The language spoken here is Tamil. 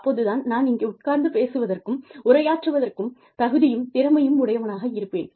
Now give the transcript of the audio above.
அப்போதுதான் நான் இங்கே உட்கார்ந்து பேசுவதற்கும் உரையாற்றுவதற்கும் தகுதியும் திறமையும் உடையவனாக இருப்பேன்